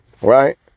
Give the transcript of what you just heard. right